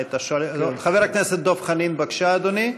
חבר הכנסת דב חנין, בבקשה, אדוני.